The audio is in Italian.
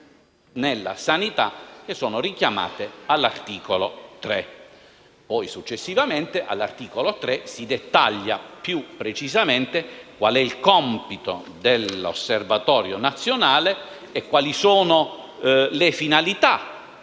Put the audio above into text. nella sanità, che è richiamato all'articolo 3. Poi, successivamente, all'articolo 3 si dettaglia più precisamente quale sia il compito dell'Osservatorio nazionale e quali sono le finalità